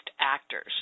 actors